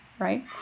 right